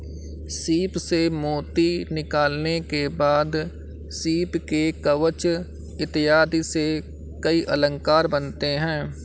सीप से मोती निकालने के बाद सीप के कवच इत्यादि से कई अलंकार बनते हैं